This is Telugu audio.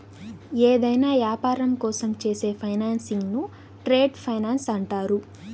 ఏదైనా యాపారం కోసం చేసే ఫైనాన్సింగ్ను ట్రేడ్ ఫైనాన్స్ అంటారు